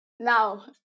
Now